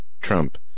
Trump